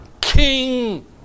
King